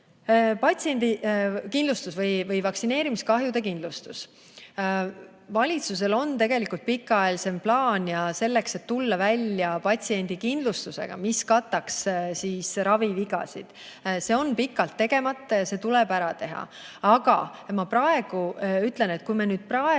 sinna läheb. Vaktsineerimiskahjude kindlustus. Valitsusel on tegelikult pikaajalisem plaan selleks, et tulla välja patsiendikindlustusega, mis kataks ravivigasid. See on pikalt tegemata ja see tuleb ära teha. Aga ma ütlen, et kui me praegu